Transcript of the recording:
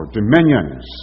dominions